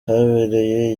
habereye